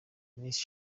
miss